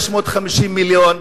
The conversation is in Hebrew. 650 מיליון,